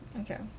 okay